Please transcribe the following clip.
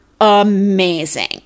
amazing